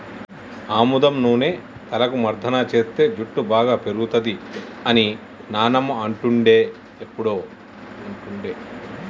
ఆముదం నూనె తలకు మర్దన చేస్తే జుట్టు బాగా పేరుతది అని నానమ్మ అంటుండే ఎప్పుడు